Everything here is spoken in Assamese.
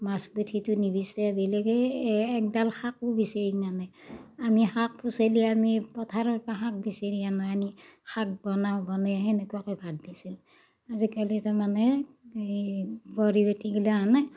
মাছ পুঠিটো নিবিচাৰে বেলেগেই একডাল শাকো বিচাৰি নানে আমি শাক পুচেলি আমি পথাৰৰ পৰা শাক বিচাৰি আনো আনি শাক বনাওঁ বনে তেনেকুৱাকে ভাত দিছিল আজিকালি তাৰমানে হেই বোৱাৰী বেটী গিলাখনে